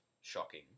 shocking